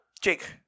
Jake